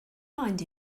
remind